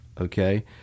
Okay